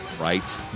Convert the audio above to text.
right